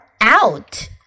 out